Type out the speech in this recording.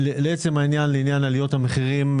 לעניין עליות המחירים.